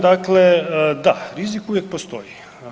Dakle, da, rizik uvijek postoji.